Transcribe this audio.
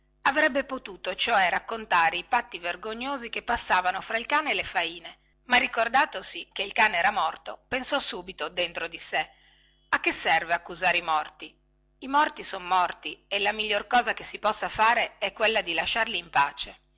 avrebbe potuto cioè raccontare i patti vergognosi che passavano fra il cane e le faine ma ricordatosi che il cane era morto pensò subito dentro di sé a che serve accusare i morti i morti son morti e la miglior cosa che si possa fare è quella di lasciarli in pace